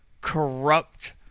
corrupt